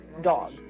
dog